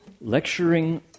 lecturing